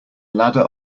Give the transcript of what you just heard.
ladder